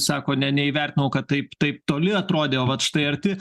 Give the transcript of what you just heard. sako ne neįvertinau kad taip taip toli atrodė o vat štai arti